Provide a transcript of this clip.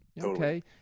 Okay